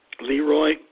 Leroy